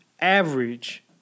average